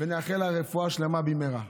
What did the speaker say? ונאחל לה רפואה שלמה במהרה.